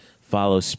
Follow